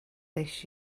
this